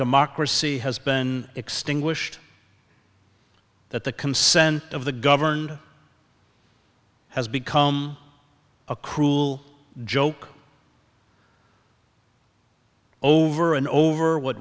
democracy has been extinguished that the consent of the governed has become a cruel joke over and over what